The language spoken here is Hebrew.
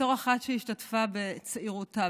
בתור אחת שהשתתפה בצעירותה,